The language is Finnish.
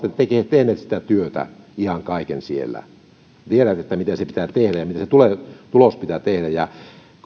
tehneet sitä työtä ihan kaiken siellä tietävät miten se pitää tehdä ja miten se tulos pitää tehdä ja kun se